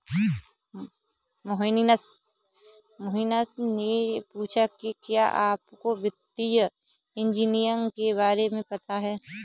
मोहनीश ने पूछा कि क्या आपको वित्तीय इंजीनियरिंग के बारे में पता है?